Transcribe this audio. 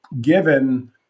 given